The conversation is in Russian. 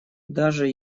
даже